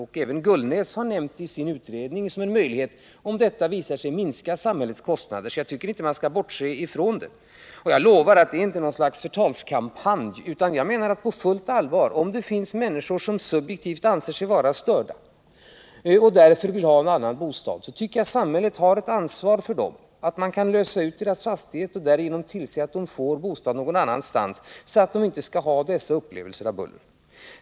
Även Ingvar Gullnäs har i sin utredning nämnt det som en möjlighet, om det visar sig minska samhällets kostnader. Därför tycker jag inte att man skall bortse från den möjligheten. Jag försäkrar att det inte är något slags förtalskampanj, utan jag menar på fullt allvar att om det finns människor som subjektivt anser sig vara störda och därför vill ha en annan bostad har samhället ett ansvar för dem. Samhället kan lösa in deras fastigheter och därigenom tillse att de får bostad någon annanstans, så att de inte skall behöva ha dessa upplevelser av buller.